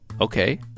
Okay